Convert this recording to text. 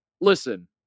Listen